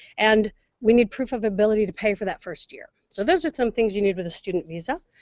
and we need proof of ability to pay for that first year. so those are some things you need for the student visa.